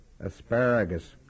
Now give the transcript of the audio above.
asparagus